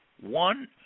one